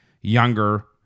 younger